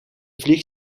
vlieg